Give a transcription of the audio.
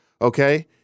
Okay